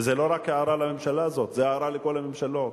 וזה לא רק הערה לממשלה הזאת, זה הערה לכל הממשלות,